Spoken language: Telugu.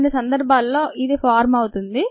కొన్ని సందర్భాల్లో ఇది ఫార్మ అవుతుంది